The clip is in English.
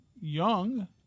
Young